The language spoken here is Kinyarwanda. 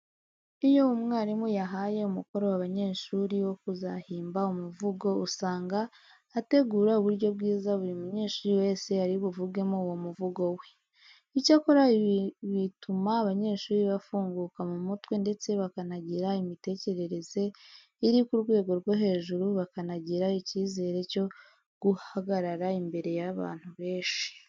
Iyo umwarimu yahaye umukoro abanyeshuri wo kuzahimba umuvugo, usanga ategura uburyo bwiza buri munyeshuri wese ari buvugemo uwo muvugo we. Icyakora ibi bituma abanyeshuri bafunguka mu mutwe ndetse bakanagira imitekerereze iri ku rwego rwo hejuru bakanagira icyizere cyo guhagarara imbere y'abantu benshi.